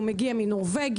הוא מגיע מנורבגיה,